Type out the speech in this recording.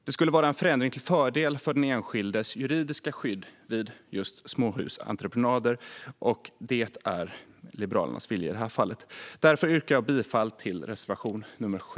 Det skulle vara en förändring till fördel för den enskildes juridiska skydd vid just småhusentreprenader, och det är Liberalernas vilja i detta fall. Därför yrkar jag bifall till reservation nr 7.